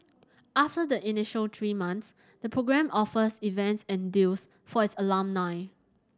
after the initial three months the program offers events and deals for its alumni